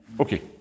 Okay